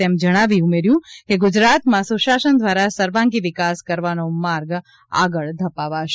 તેમ જણાવી ઉમેર્યું કે ગુજરાતમાં સુશાસન દ્વારા સર્વાંગી વિકાસ કરવાનો માર્ગ આગળ ધપાવાશે